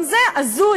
גם זה הזוי,